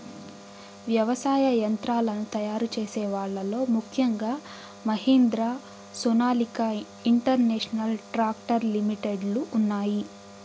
వ్యవసాయ యంత్రాలను తయారు చేసే వాళ్ళ లో ముఖ్యంగా Mahindra, Sonalika international tractor limited లు ఉన్నాయి